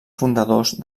fundadors